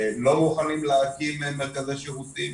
לא מוכנים להקים מרכזי שירותים.